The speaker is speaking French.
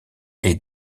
est